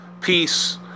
peace